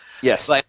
Yes